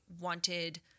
wanted